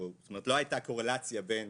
לא הייתה קורלציה בין